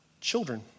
children